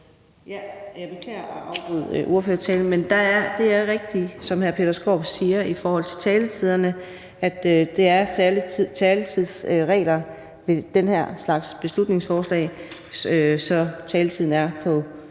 Jeg beklager, at jeg må afbryde ordførertalen, men det er rigtigt, som hr. Peter Skaarup har sagt om taletiderne, at der er særlige taletidsregler ved den her slags beslutningsforslag, så taletiden er på